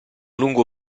lungo